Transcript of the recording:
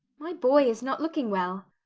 my boy is not looking well.